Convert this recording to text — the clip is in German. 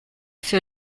für